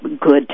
good